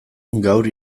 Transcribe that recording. gaur